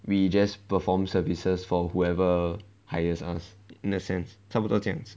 we just perform services for whoever hires us in a sense 差不多这样子